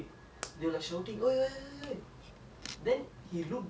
then he looked back and then I just hit the basketball